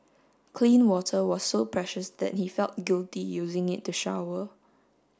clean water was so precious that he felt guilty using it to shower